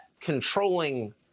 controlling